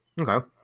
Okay